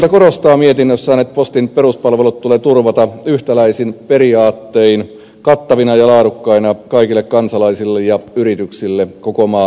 valiokunta korostaa mietinnössään että postin peruspalvelut tulee turvata yhtäläisin periaattein kattavina ja laadukkaina kaikille kansalaisille ja yrityksille koko maan alueella